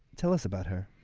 tell us about her